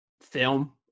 film